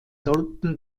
sollten